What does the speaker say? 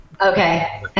Okay